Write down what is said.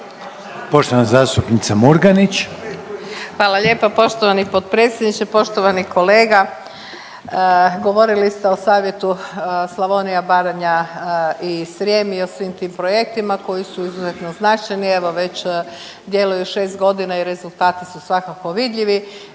poštovani potpredsjendiče. Poštovani kolega govorili ste o savjetu Slavonija, Baranja i Srijem i o svim tim projektima koji su izuzetno značajni. Evo već djeluju 6 godina i rezultati su svakako vidljivi.